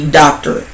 doctor